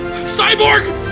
cyborg